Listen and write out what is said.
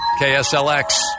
KSLX